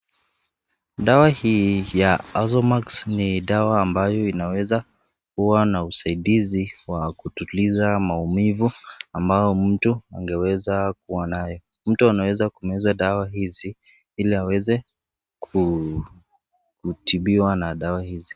Dawa hii ya Ozomax ni dawa ambayo ina weza kuwa na usaidizi ambayo ni kutuliza maumivu ambao mtu angeweza kuwa nayo, mtu anaweza kutumia dawa hizi ili aweze kutibiwa na dawa hizi.